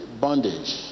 bondage